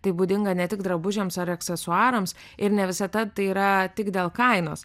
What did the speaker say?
tai būdinga ne tik drabužiams ar aksesuarams ir ne visata tai yra tik dėl kainos